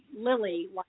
Lily